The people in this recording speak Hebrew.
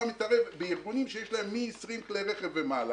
מתערב בארגונים שיש להם מ-20 כלי רכב ומעלה